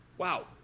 Wow